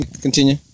Continue